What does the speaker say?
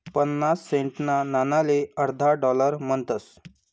पन्नास सेंटना नाणाले अर्धा डालर म्हणतस